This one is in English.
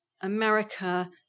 America